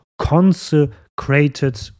consecrated